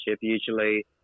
usually